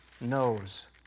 knows